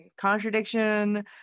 contradiction